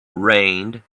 rained